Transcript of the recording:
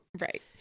Right